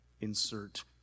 insert